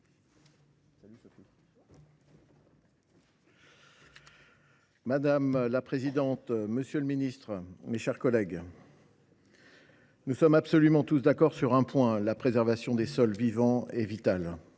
Madame la présidente, monsieur le secrétaire d’État, mes chers collègues, nous sommes absolument tous d’accord sur un point : la préservation des sols vivants est vitale.